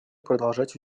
продолжать